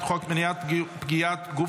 חוק מניעת פגיעת גוף